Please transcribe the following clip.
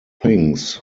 things